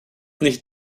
nicht